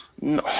No